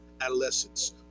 adolescents